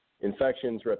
infections